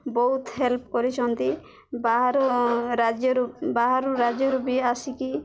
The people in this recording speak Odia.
ବହୁତ ହେଲ୍ପ କରିଛନ୍ତି ବାହାର ରାଜ୍ୟରୁ ବାହାର ରାଜ୍ୟରୁ ବି ଆସିକି